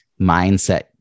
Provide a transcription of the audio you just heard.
mindset